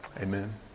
Amen